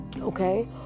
okay